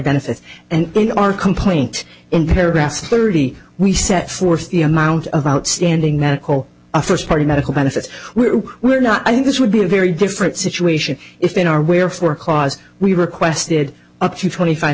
benefits and in our complaint in paragraph thirty we set forth the amount of outstanding medical a first party medical benefits were we're not i think this would be a very different situation if in our where for cause we requested up to trying five